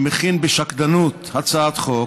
שמכין בשקדנות הצעת חוק,